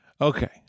Okay